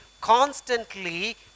constantly